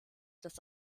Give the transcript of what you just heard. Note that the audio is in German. das